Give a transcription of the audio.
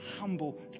humble